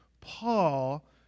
Paul